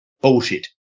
Bullshit